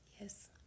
Yes